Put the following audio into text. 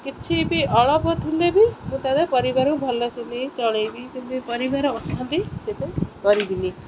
କିଛି ବି ଅଳପ ଥିଲେ ବି ମୁଁ ତା ଧିଅରେ ପରିବାର ଭଲ ସେ ନେଇ ଚଳାଇବି ପରିବାର ଅଶାନ୍ତି କେବେ କରିବିନି